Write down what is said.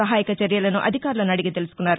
సహాయక చర్యలను అధికారులను అడిగి తెలుసుకున్నారు